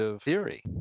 theory